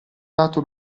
data